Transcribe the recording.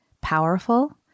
powerful